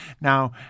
Now